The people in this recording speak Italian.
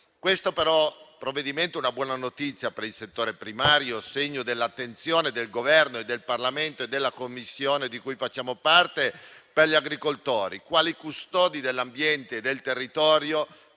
Questo provvedimento è una buona notizia per il settore primario, segno dell'attenzione del Governo, del Parlamento e della Commissione di cui facciamo parte verso gli agricoltori quali custodi dell'ambiente e del territorio,